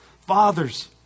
Fathers